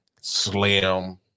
Slim